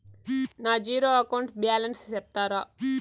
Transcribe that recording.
నా zero account balance సెప్తారా?